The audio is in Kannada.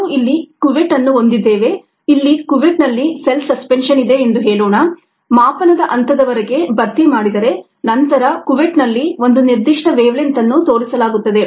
ನಾವು ಇಲ್ಲಿ ಕುವೆಟ್ ಅನ್ನು ಹೊಂದಿದ್ದೇವೆ ಇಲ್ಲಿ ಕುವೆಟ್ನಲ್ಲಿ ಸೆಲ್ ಸಸ್ಪೆನ್ಷನ್ ಇದೆ ಎಂದು ಹೇಳೋಣ ಮಾಪನದ ಹಂತದವರೆಗೆ ಭರ್ತಿ ಮಾಡಿದರೆ ನಂತರ ಕುವೆಟ್ನಲ್ಲಿ ಒಂದು ನಿರ್ದಿಷ್ಟ ವೇವಲೆಂಥ್ ಅನ್ನು ತೋರಿಸಲಾಗುತ್ತದೆ